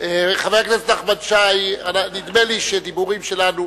נחמן שי, נדמה לי שדיבורים שלנו,